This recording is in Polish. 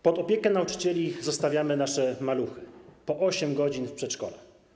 Pod opieką nauczycieli zostawiamy nasze maluchy, po 8 godzin w przedszkolach.